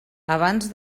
abans